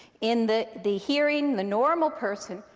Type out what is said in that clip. in the the hearing, the normal person,